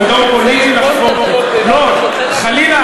חלילה,